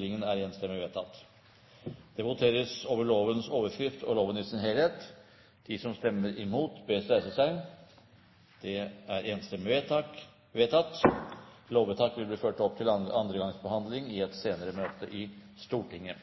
III. Det voteres over lovens overskrift og loven i sin helhet. Lovvedtaket vil bli ført opp til annen gangs behandling i et senere møte i Stortinget.